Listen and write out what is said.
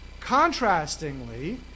Contrastingly